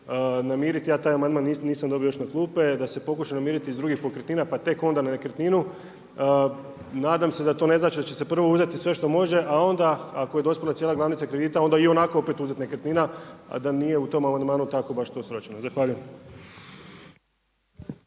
namiriti, ja taj amandman još nisam dobio na klupe, da se pokuša namiriti s drugih pokretnina, pa tek onda na nekretninu, nadam se da to ne znači da će se prvo uzeti sve što može, a onda ako je dospjela cijela glavnica kredita onda i onako opet uzet nekretnina, a da nije u tom amandmanu tako baš to sročeno. Zahvaljujem.